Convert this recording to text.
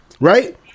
right